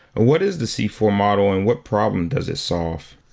what is the c four model and what problem does it solve?